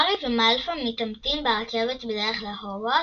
הארי ומאלפוי מתעמתים ברכבת בדרך להוגוורטס,